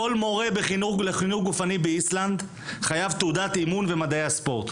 כל מורה לחינוך גופני באיסלנד חייב תעודת אימון ומדעי הספורט.